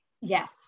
yes